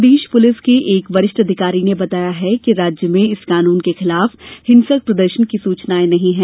प्रदेश police के एक वरिष्ठ अधिकारी ने बताया कि राज्य में इस कानून के खिलाफ हिंसक प्रदर्शन की सूचनाए नहीं हैं